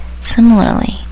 Similarly